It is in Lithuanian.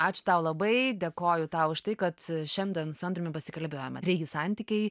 ačiū tau labai dėkoju tau už tai kad šiandien su andriumi pasikalbėjome santykiai